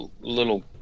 little